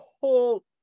whole